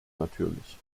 natürlich